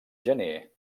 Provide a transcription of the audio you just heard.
gener